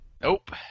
Nope